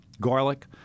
garlic